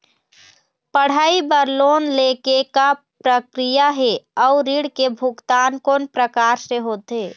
पढ़ई बर लोन ले के का प्रक्रिया हे, अउ ऋण के भुगतान कोन प्रकार से होथे?